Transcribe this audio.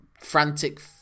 frantic